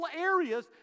areas